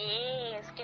Yes